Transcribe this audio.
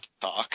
talk